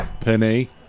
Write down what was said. Penny